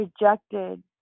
rejected